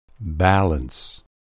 Balance